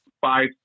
five